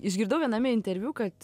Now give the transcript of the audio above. išgirdau viename interviu kad